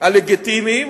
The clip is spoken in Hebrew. הלגיטימיים